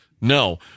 No